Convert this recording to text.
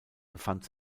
befand